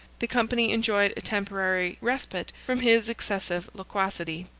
the company enjoyed a temporary respite from his excessive loquacity.